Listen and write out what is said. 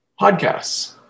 podcasts